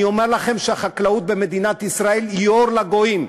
אני אומר לכם שהחקלאות במדינת ישראל היא אור לגויים.